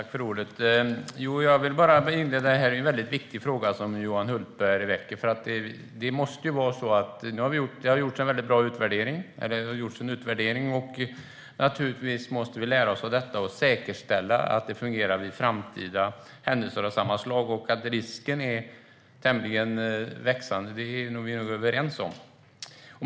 Herr talman! Det är en viktig fråga som Johan Hultberg väcker. Det har gjorts en utvärdering. Vi måste lära oss av detta och säkerställa att det fungerar vid framtida händelser av samma slag. Att risken är tämligen ökande är vi nog överens om.